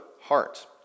heart